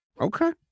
Okay